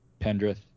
Pendrith